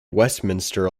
westminster